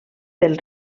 del